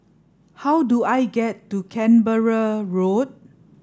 how do I get to Canberra Road